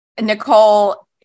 Nicole